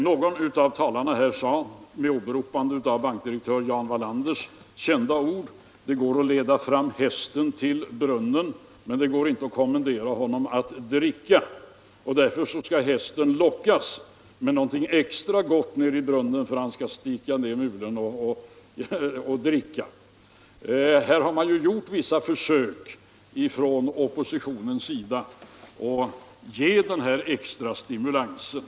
Under åberopande av bankdirektör Jan Wallanders kända ord sade någon talare här tidigare att det går att leda fram hästen till brunnen, men det går inte att kommendera honom att dricka. Därför skall hästen lockas med någonting extra gott nere i brunnen för att han skall sticka ner mulen och dricka. Oppositionen har gjort vissa försök att ge den här extra stimulansen.